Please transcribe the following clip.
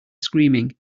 screaming